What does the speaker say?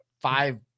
five